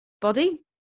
body